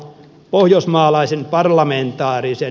pohjoismaalaisin parlamentaarisen